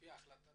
לפי החלטת